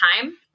time